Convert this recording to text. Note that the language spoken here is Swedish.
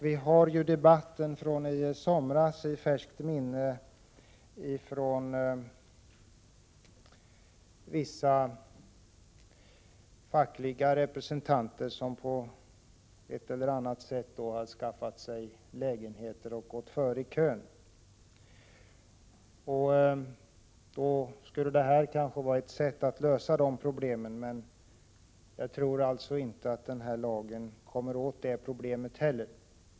Vi har debatten från i somras i färskt minne, då vissa fackliga representanter på ett eller annat sätt hade skaffat sig lägenheter och gått före i kön. Införandet av denna lag skulle då vara ett sätt att lösa också detta problem, men jag tror inte heller att man därmed kommer åt det problemet.